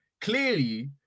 clearly